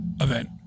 event